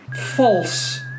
false